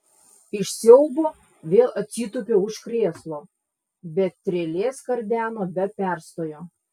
iš siaubo vėl atsitūpiau už krėslo bet trelė skardeno be perstojo